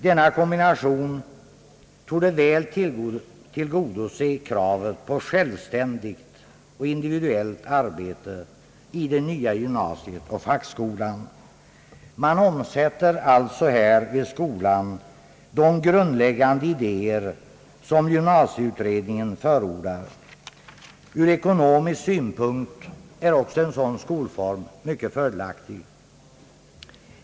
Denna kombination torde väl tillgodose kravet på självständigt och individuellt arbete i det nya gymnasiet och i fackskolan. Man omsätter alltså vid skolan de grundläggande idéer, som gymnasieutredningen förordar. Ur ekonomisk synpunkt är också en sådan skolform mycket fördelaktig.